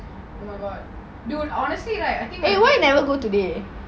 oh my god honestly right I think